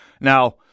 Now